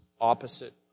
opposite